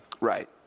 Right